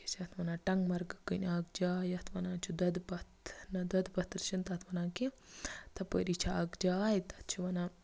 کیٛاہ چھِ اَتھ وَنان ٹنٛگہٕ مَرگہٕ کٕنۍ اَکھ جاے یَتھ وَنان چھِ دۄدٕ پَتھ نہ دۄدٕ پَتھرٕ چھِنہٕ تَتھ وَنان کینٛہہ تَپٲری چھِ اَکھ جاے تَتھ چھِ وَنان